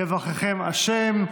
יברככם השם.